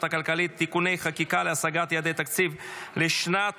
הכלכלית (תיקוני חקיקה להשגת יעדי התקציב לשנת